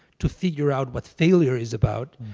to figure out what failure is about,